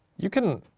you can,